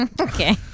Okay